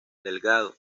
delgado